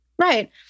Right